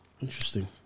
Interesting